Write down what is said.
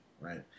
right